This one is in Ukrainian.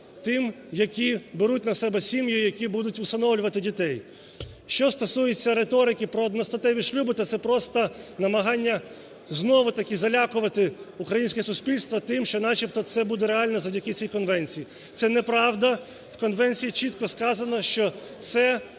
тим, які беруть на себе сім'ї, які будуть усиновлювати дітей. Що стосується риторики про одностатеві шлюби, то це просто намагання знову-таки залякувати українське суспільство тим, що начебто це буде реально завдяки цій конвенції. Це неправда. У конвенції чітко сказано, що це